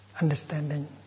understanding